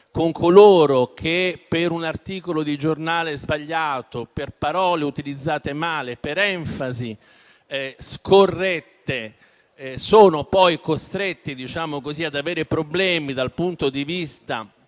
con coloro che, per un articolo di giornale sbagliato, per parole utilizzate male o per enfasi scorrette, si ritrovano ad avere problemi dal punto di vista